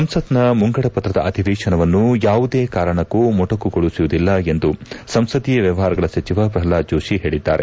ಸಂಸತ್ನ ಮುಂಗಡ ಪತ್ರದ ಅಧಿವೇಶನವನ್ನು ಯಾವುದೇ ಕಾರಣಕ್ಕೂ ಮೊಟಕುಗೊಳಿಸುವುದಿಲ್ಲ ಎಂದು ಸಂಸದೀಯ ವ್ಯವಹಾರಗಳ ಸಚಿವ ಪ್ರಹ್ಲಾದ್ ಜೋಶಿ ಹೇಳಿದ್ದಾರೆ